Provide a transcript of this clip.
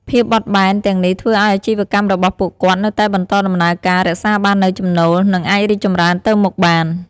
ភាពបត់បែនទាំងនេះធ្វើឱ្យអាជីវកម្មរបស់ពួកគាត់នៅតែបន្តដំណើរការ រក្សាបាននូវចំណូល និងអាចរីកចម្រើនទៅមុខបាន។